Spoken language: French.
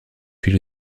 puis